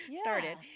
started